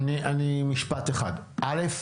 אני אומר משפט אחד, א',